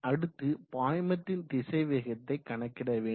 அடுத்து பாய்மத்தின் திசைவேகத்தை கணக்கிட வேண்டும்